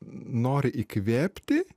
nori įkvėpti